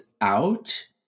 out